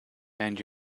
and